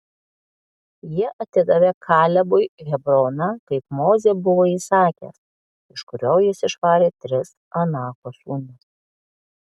jie atidavė kalebui hebroną kaip mozė buvo įsakęs iš kurio jis išvarė tris anako sūnus